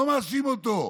אני לא מאשים אותו,